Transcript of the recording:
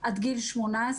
עד גיל 18,